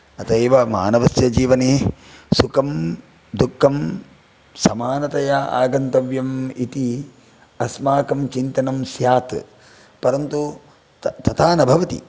अत एव मानवस्य जीवने सुखं दुःखं समानतया आगन्तव्यम् इति अस्माकं चिन्तनं स्यात् परन्तु त तथा न भवति